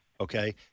Okay